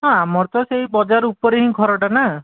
ହଁ ଆମର ତ ସେଇ ବଜାର ଉପରେ ହିଁ ଘରଟା ନା